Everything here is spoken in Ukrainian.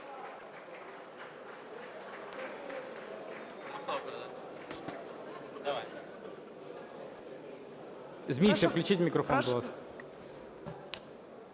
Дякую.